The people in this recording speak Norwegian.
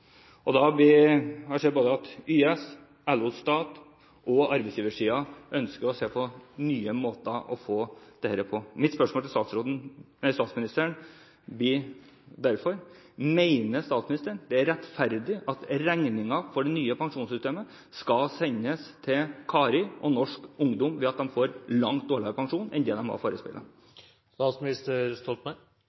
ser at både YS, LO Stat og arbeidsgiversiden ønsker å se på nye måter å få dette til på. Mitt spørsmål til statsministeren blir derfor: Mener statsministeren det er rettferdig at regningen for det nye pensjonssystemet skal sendes til Kari og norsk ungdom ved at de får langt dårligere pensjon enn det de var